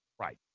Right